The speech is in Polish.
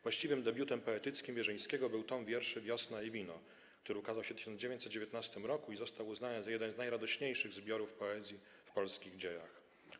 Właściwym debiutem poetyckim Wierzyńskiego był tom wierszy „Wiosna i wino”, który ukazał się w 1919 r. i został uznany za jeden z najradośniejszych zbiorów poezji w polskich dziejach.